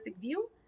view